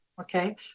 Okay